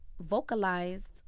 vocalized